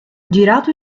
girato